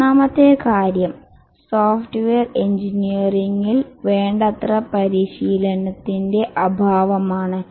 മൂന്നാമത്തെ കാര്യം സോഫ്റ്റ്വെയർ എഞ്ചിനീയറിംഗിൽ വേണ്ടത്ര പരിശീലനത്തിന്റെ അഭാവമാണ്